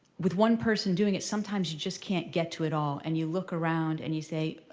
with one person doing it, sometimes you just can't get to it all. and you look around and you say,